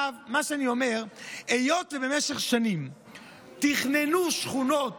עכשיו, מה שאני אומר הוא שבמשך שנים תכננו שכונות